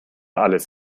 alles